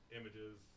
images